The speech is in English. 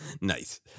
Nice